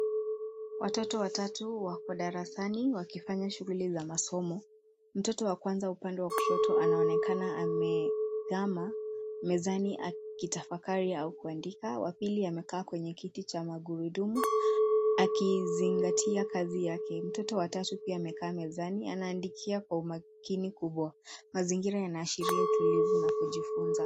Watoto watatu wako darasani wakifanya shughui za masomo. Mtoto wa kwanza upande wa kushoto anaonekana amegama mezani akitafakari au kuandika. Wa pili amekaa kwenye kiti cha magurudumu akizingatia kazi yake. Mtoto watatu pia amekaa mezani anaandikia kwa umakini kubwa. Mazingira yanaashiria utulivu na kujifunza.